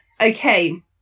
Okay